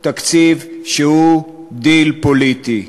תקציב שהוא דיל פוליטי.